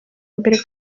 imbere